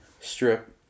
strip